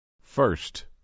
First